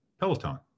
peloton